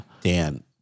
Dan